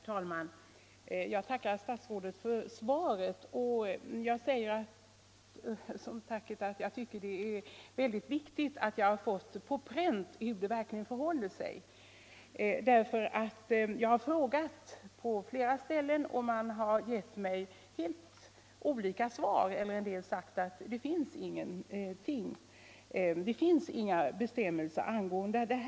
Herr talman! Jag tackar statsrådet för svaret. Jag tycker att det är viktigt att vi har fått på pränt hur det verkligen förhåller sig. Jag har nämligen frågat på flera ställen, och man har givit mig helt olika svar eller sagt att det inte finns några bestämmelser angående detta.